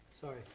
Sorry